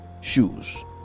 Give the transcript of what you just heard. shoes